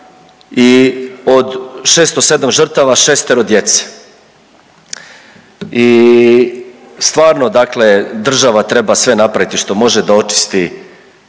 i od 607 žrtava 6-ero djece i stvarno dakle država treba sve napraviti što može da očisti